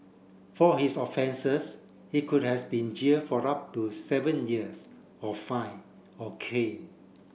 for his offences he could has been jail for up to seven years or fined or caned